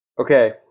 Okay